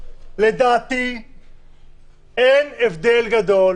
לדעתי אין הבדל גדול